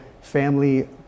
family